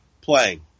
playing